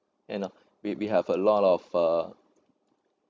you know we we have a lot of uh